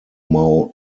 mau